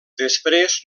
després